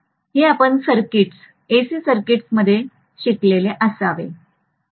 हे आपण circuits AC सर्किट्समध्ये शिकलेले असावे